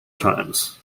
times